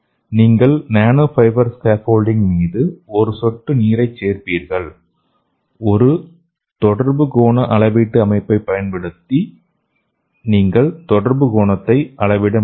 நீங்கள் nano fibre scaffolding மீது ஒரு சொட்டு நீரைச் சேர்ப்பீர்கள் ஒரு தொடர்பு கோண அளவீட்டு அமைப்பை பயன்படுத்தி நீங்கள் தொடர்பு கோணத்தை அளவிட முடியும்